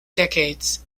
decades